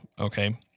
Okay